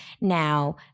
now